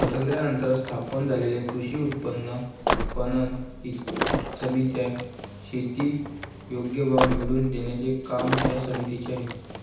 स्वातंत्र्यानंतर स्थापन झालेल्या कृषी उत्पन्न पणन समित्या, शेती योग्य भाव मिळवून देण्याचे काम या समितीचे आहे